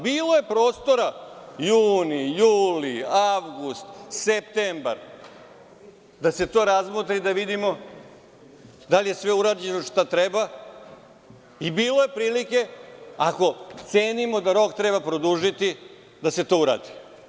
Bilo je prostora, juni, juli, avgust, septembar da se to razmotri, da vidimo da li je sve urađeno i bilo je prilike, ako cenimo da rok treba produžiti, da se to uradi.